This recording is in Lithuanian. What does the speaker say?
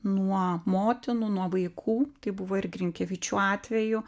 nuo motinų nuo vaikų tai buvo ir grinkevičių atveju